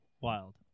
Wild